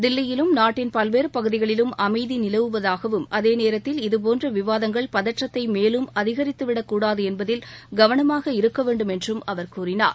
தில்லியிலும் நாட்டின் பல்வேறு பகுதிகளிலும் அமைதி நிலவுவதாகவும் அதேநேரத்தில் இதுபோன்ற விவாதங்கள் பதற்றத்தை மேலும் அதிகரித்துவிடக் கூடாது என்பதில் கவனமாக இருக்க வேண்டும் என்றும் அவர் கூறினார்